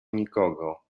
nikogo